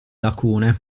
lacune